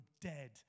dead